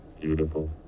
beautiful